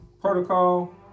protocol